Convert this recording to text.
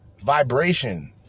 Vibration